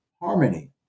harmony